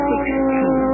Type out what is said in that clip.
Sixteen